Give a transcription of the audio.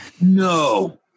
No